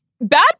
bad